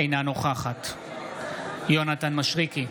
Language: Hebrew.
אינה נוכחת יונתן מישרקי,